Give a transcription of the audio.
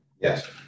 Yes